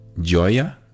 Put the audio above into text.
Joya